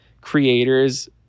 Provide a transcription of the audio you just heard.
creators